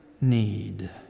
need